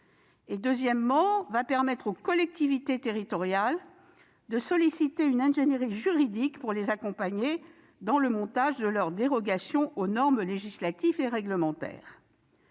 d'expérimentation, et aux collectivités territoriales de solliciter une ingénierie juridique pour les accompagner dans le montage de leurs dérogations aux normes législatives et réglementaires.